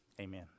amen